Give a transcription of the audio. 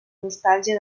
nostàlgia